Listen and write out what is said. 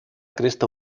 cresta